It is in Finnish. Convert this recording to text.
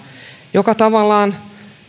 joka tavallaan